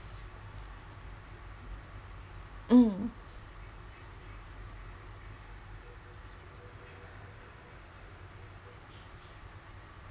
mm